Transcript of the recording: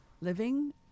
living